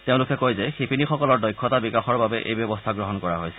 তেওঁলোকে কয় যে শিপিনীসকলৰ দক্ষতা বিকাশৰ বাবে এই ব্যৱস্থা গ্ৰহণ কৰা হৈছে